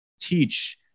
teach